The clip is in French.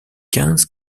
quinze